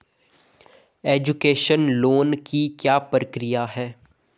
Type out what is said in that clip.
Education loan की क्या प्रक्रिया है?